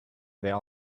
their